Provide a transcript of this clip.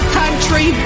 country